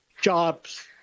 jobs